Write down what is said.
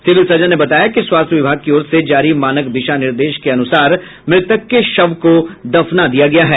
civil surgeon ने बताया कि स्वास्थ्य विभाग की ओर से जारी मानक दिशा निर्देश को अनुसार मृतक के शव को दफना दिया गया है